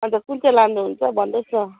अन्त कुन चाहिँ लानुहुन्छ भन्नुहोस् न